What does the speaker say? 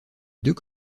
deux